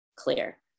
clear